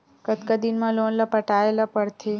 कतका दिन मा लोन ला पटाय ला पढ़ते?